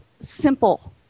Simple